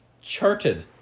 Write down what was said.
Charted